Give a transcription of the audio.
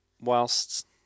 whilst